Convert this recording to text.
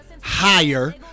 Higher